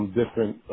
different